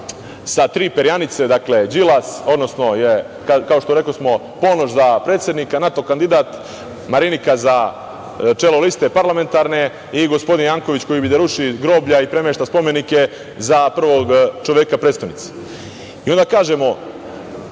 sa tri perjanice, Đilas, odnosno, kao što rekosmo, Ponoš za predsednika - NATO kandidat, Marinika za čelo liste parlamentarne i gospodin Janković koji bi da ruši groblja i premešta spomenike za prvog čoveka prestonice. Onda kažemo